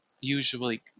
usually